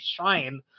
shine